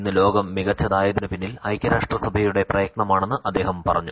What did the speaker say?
ഇന്ന് ലോകം മികച്ചതായതിനു പിന്നിൽ ഐക്യരാഷ്ട്ര സഭയുടെ പ്രയത്നമാണെന്ന് അദ്ദേഹം പറഞ്ഞു